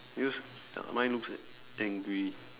use uh mine looks like angry